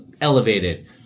elevated